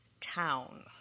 town